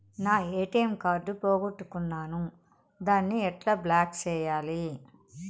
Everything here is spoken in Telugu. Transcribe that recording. నా ఎ.టి.ఎం కార్డు పోగొట్టుకున్నాను, దాన్ని ఎట్లా బ్లాక్ సేయాలి?